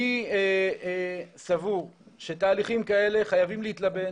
אני סבור שתהליכים כאלה חייבים להתלבן